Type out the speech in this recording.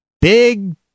big